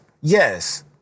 yes